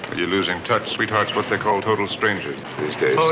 you're losing touch. sweetheart is what they call total strangers these days. oh, yeah?